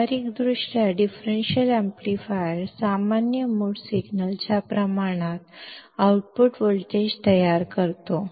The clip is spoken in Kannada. ಪ್ರಾಯೋಗಿಕವಾಗಿ ಡಿಫರೆನ್ಷಿಯಲ್ ಆಂಪ್ಲಿಫೈಯರ್ ಔಟ್ಪುಟ್ ವೋಲ್ಟೇಜ್ ಅನ್ನು ನೀಡುತ್ತದೆ ಅದು ಕಾಮನ್ ಮೋಡ್ ಸಿಗ್ನಲ್ಗೆ ಅನುಪಾತದಲ್ಲಿರುತ್ತದೆ